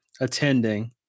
attending